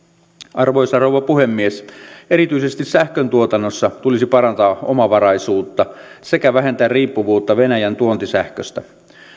arvoisa rouva puhemies erityisesti sähköntuotannossa tulisi parantaa omavaraisuutta sekä vähentää riippuvuutta venäjän tuontisähköstä